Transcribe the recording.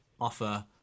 offer